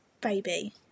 baby